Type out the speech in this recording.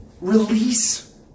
release